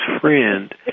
friend